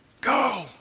Go